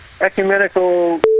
ecumenical